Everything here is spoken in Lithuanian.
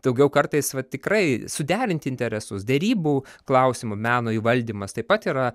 daugiau kartais va tikrai suderinti interesus derybų klausimu meno įvaldymas taip pat yra